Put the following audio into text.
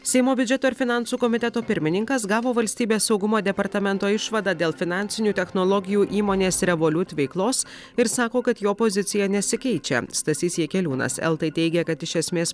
seimo biudžeto ir finansų komiteto pirmininkas gavo valstybės saugumo departamento išvadą dėl finansinių technologijų įmonės revoliut veiklos ir sako kad jo pozicija nesikeičia stasys jakeliūnas eltai teigė kad iš esmės